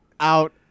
out